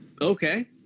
Okay